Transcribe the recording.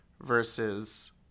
versus